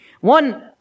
One